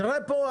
תראה פה,